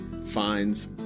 finds